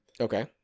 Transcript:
Okay